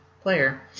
player